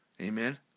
Amen